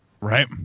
right